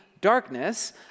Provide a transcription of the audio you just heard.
darkness